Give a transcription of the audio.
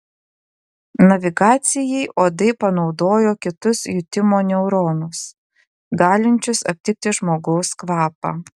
navigacijai uodai panaudojo kitus jutimo neuronus galinčius aptikti žmogaus kvapą